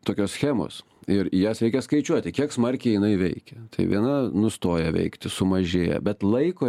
tokios schemos ir jas reikia skaičiuoti kiek smarkiai jinai veikia tai viena nustoja veikti sumažėja bet laiko